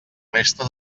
resta